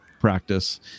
practice